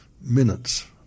minutes